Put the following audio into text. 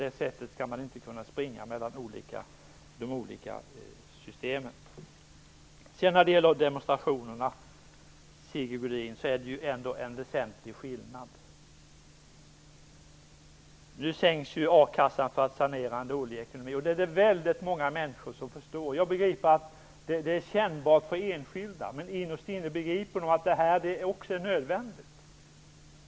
Man skall ju inte kunna hoppa mellan de olika systemen. Sigge Godin, det finns ändå en väsentlig skillnad när det gäller demonstrationerna. A-kassan sänks nu för att sanera vår dåliga ekonomi. Många människor förstår det. Jag kan också begripa att det är kännbart för enskilda. Men innerst inne begriper människor att det här är nödvändigt.